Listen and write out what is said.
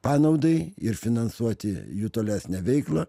panaudai ir finansuoti jų tolesnę veiklą